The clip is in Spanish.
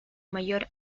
mayor